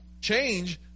change